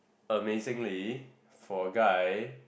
amazingly for a guy